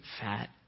fat